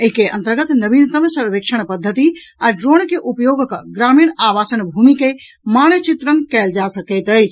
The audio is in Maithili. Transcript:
एहि के अन्तर्गत नवीनतम सर्वेक्षण पद्धति आ ड्रोन के उपयोग कऽ ग्रामीण आवासन भूमि के मानचित्रण कएल जा सकैत अछि